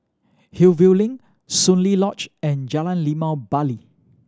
Hillview Link Soon Lee Lodge and Jalan Limau Bali